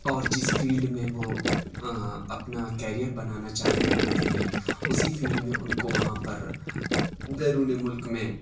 اور جس فیلڈ میں وہ اپنا کیریئر بنانا چاہ رہے ہوتے ہیں اسی فیلڈ میں ان کو وہاں پر بیرون ملک میں